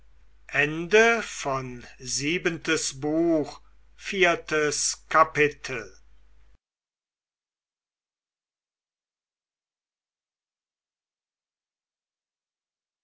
siebentes buch erstes kapitel